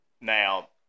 Now